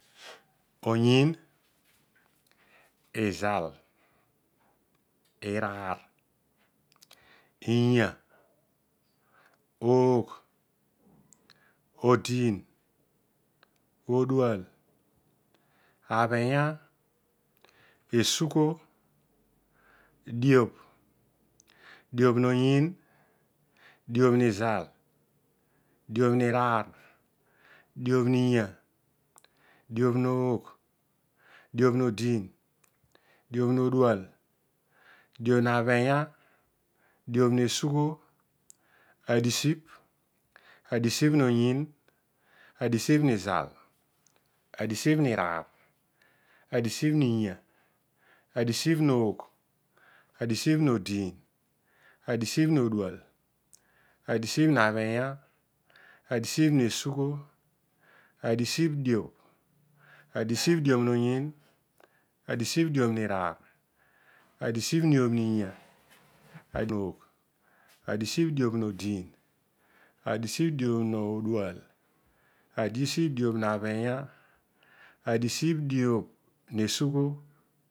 Oyiin. izal. iraar. inya. oogh. odiin. odual. abhinya. esugho. Adiobh. adiobh noyiin. adiobh nizal. adighi niraar. adiobh niya. adiobh noogh. adiobh nodiin. adiobh nodual. adiogh nabbinoya. adiobh nesugho. Adisibh adisibh noyiin. adisibh nizal. adisibh. adisibh niraar. adisigh niya. adisibh noogh. adisibh nodiin. adisibh nodual. adisibh nesugho. Adisibh diobh. adisibh diogh noyiin. adisibh diobh nizal. adisibh diobh niraar. adisibh diobh niya. adisibh diobh noogh. adisibh diobh nodiin. adisibh diobh nodual. adisibh diobh nabhinya adisibh diobh nesugho